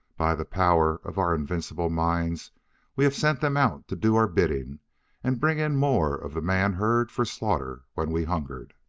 by the power of our invincible minds we have sent them out to do our bidding and bring in more of the man-herd for slaughter when we hungered.